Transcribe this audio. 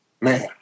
Man